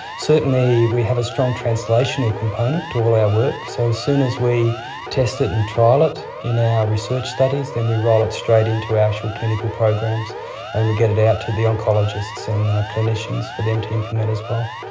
certainly we have a strong translational component to all our work. so as soon as we test it and trial it in our research studies then we roll it straight into our actual clinical programs and we get it out to the oncologists and the clinicians for them to implement as well.